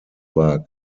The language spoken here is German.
war